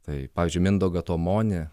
tai pavyzdžiui mindaugą tomonį